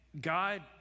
God